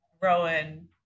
Rowan